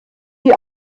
die